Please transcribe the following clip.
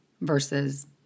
versus